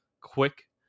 quick